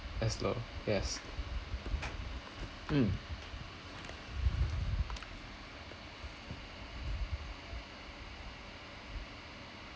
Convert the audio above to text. yes